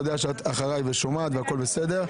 אתה